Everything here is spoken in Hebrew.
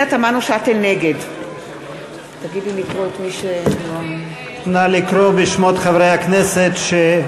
נגד סיימנו את קריאת שמות חברי הכנסת.